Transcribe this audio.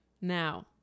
Now